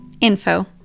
info